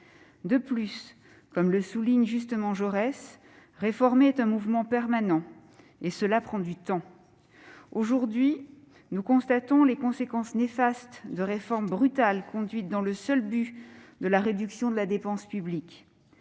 De surcroît, comme le souligne justement Jaurès, réformer est un mouvement permanent ; cela prend du temps. Nous constatons actuellement les conséquences néfastes de réformes brutales conduites dans le seul but de réduire la dépense publique.